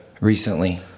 recently